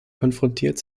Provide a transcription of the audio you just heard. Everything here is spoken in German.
konfrontiert